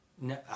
no